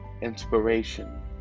inspiration